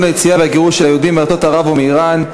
היציאה והגירוש של היהודים מארצות ערב ומאיראן,